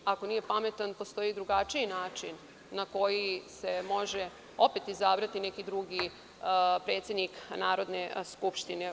Ako nije pametan, postoji drugačiji način na koji se može opet izabrati neki drugi predsednik Narodne skupštine.